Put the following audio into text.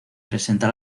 presenta